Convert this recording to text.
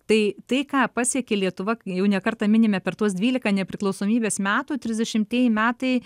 tai tai ką pasiekė lietuva jau ne kartą minime per tuos dvylika nepriklausomybės metų trisdešimtieji metai